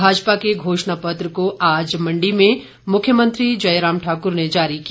भाजपा के घोषणा पत्र को आज मंडी में मुख्यमंत्री जयराम ठाकुर ने जारी किया